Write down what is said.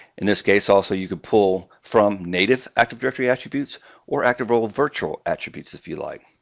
in this case, also, you could pull from native active directory attributes or active role virtual attributes, if you like.